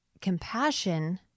Compassion